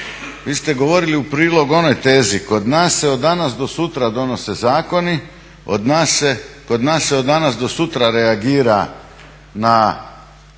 Vi ste govorili u prilog onoj tezi, kod nas se od danas do sutra donose zakoni, kod nas se od danas do sutra reagira na